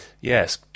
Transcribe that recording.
Yes